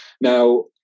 Now